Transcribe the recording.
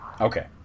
Okay